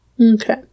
Okay